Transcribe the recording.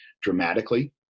dramatically